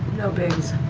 no bigs.